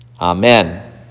amen